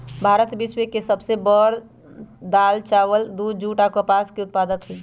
भारत विश्व के सब से बड़ दाल, चावल, दूध, जुट आ कपास के उत्पादक हई